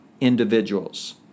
individuals